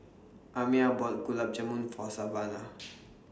Amiah bought Gulab Jamun For Savana